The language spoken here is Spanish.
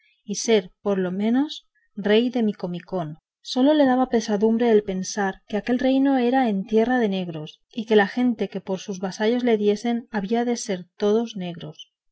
y ser por lo menos rey de micomicón sólo le daba pesadumbre el pensar que aquel reino era en tierra de negros y que la gente que por sus vasallos le diesen habían de ser todos negros